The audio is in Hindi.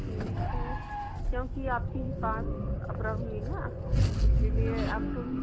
ठीक है क्योंकि आपकी ही पास अब रहूँगी ना इसीलिए अब तुम